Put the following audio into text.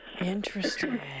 interesting